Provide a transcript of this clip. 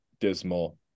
dismal